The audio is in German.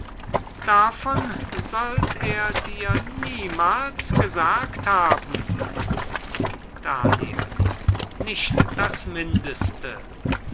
davon sollt er dir niemals gesagt haben daniel nicht das mindeste